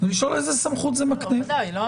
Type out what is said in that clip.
ולשאול איזו סמכות זה מקנה.